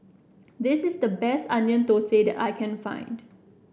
this is the best Onion Thosai that I can find